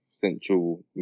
central